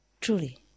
truly